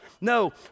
No